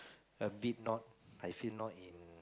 a bit not I feel not in